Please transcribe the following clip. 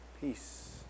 peace